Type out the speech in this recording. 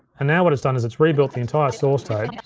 and now what it's done is it's rebuilt the entire source tape.